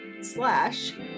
slash